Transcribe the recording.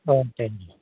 ஆ சரிங்க சார்